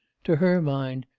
to her mind,